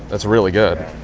that's really good.